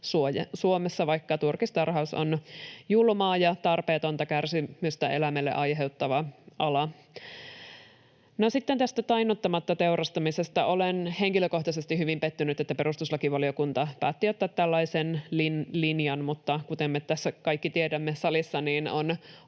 Suomessa, vaikka turkistarhaus on julmaa ja tarpeetonta kärsimystä eläimille aiheuttava ala. Sitten tästä tainnuttamatta teurastamisesta. Olen henkilökohtaisesti hyvin pettynyt, että perustuslakivaliokunta päätti ottaa tällaisen linjan, mutta kuten me kaikki tässä salissa